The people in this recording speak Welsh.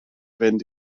fynd